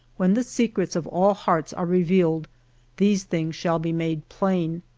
when the secrets of all hearts are revealed these things shall be made plain.